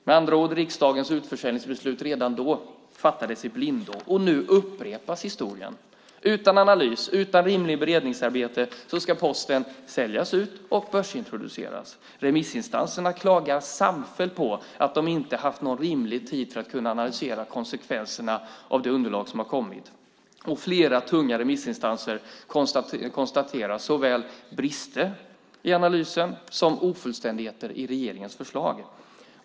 Med andra ord fattades riksdagens utförsäljningsbeslut redan då i blindo, och nu upprepas historien. Utan analys och utan rimligt beredningsarbete ska Posten säljas ut och börsintroduceras. Remissinstanserna klagar samfällt på att de inte haft rimlig tid på sig för att kunna analysera konsekvenserna av det underlag som har kommit. Flera tunga remissinstanser konstaterar såväl brister i analysen som ofullständigheter i regeringens förslag.